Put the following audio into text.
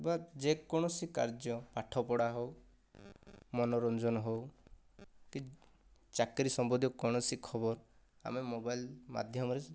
ବା ଯେକୌଣସି କାର୍ଯ୍ୟ ପାଠ ପଢ଼ା ହେଉ ମନୋରଞ୍ଜନ ହେଉ କି ଚାକିରୀ ସମ୍ବନ୍ଧୀୟ କୌଣସି ଖବର ଆମେ ମୋବାଇଲ ମାଧ୍ୟମରେ